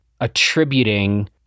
attributing